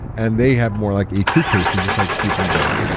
and they have more like a two casein, just like sheep and goat.